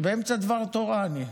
באמצע דבר תורה אני.